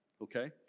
okay